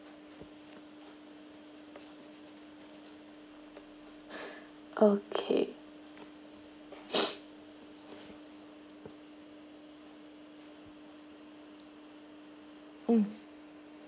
okay um